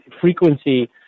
frequency –